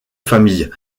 famille